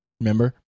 remember